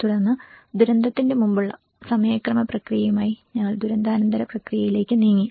തുടർന്ന് ദുരന്തത്തിനു മുമ്പുള്ള സമയക്രമ പ്രക്രിയയുമായി ഞങ്ങൾ ദുരന്താനന്തര പ്രക്രിയയിലേക്ക് നീങ്ങി